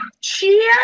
cheers